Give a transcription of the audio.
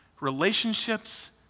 relationships